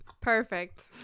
Perfect